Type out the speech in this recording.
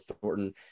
Thornton